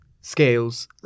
Scales